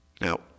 Now